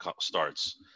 starts